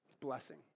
Blessing